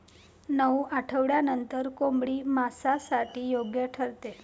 नऊ आठवड्यांनंतर कोंबडी मांसासाठी योग्य ठरते